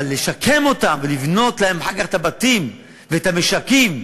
אבל לשקם אותם ולבנות להם אחר כך את הבתים ואת המשקים,